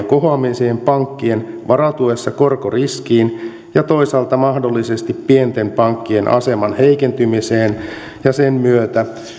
kohoamiseen pankkien varautuessa korkoriskiin ja toisaalta mahdollisesti pienten pankkien aseman heikentymiseen ja sen myötä